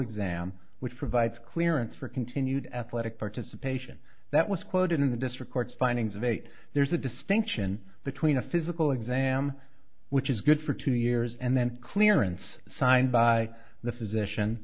exam which provides clearance for continued athletic participation that was quoted in the district court's findings of eight there's a distinction between a physical exam which is good for two years and then clearance signed by the physician